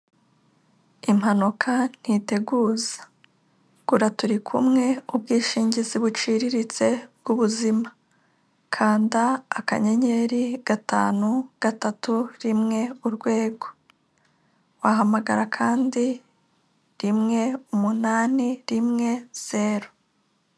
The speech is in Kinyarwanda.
Impanuka ntiteguza, gura turi kumwe ubwishingizi buciriritse bw'ubuzima, kanda akanyenyeri gatanu gatatu rimwe urwego, wahamagara kandi rimwe umunani rimwe zeru.